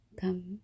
come